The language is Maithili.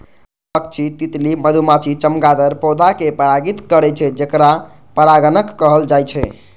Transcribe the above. पक्षी, तितली, मधुमाछी, चमगादड़ पौधा कें परागित करै छै, जेकरा परागणक कहल जाइ छै